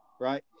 right